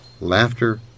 Laughter